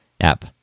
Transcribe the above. app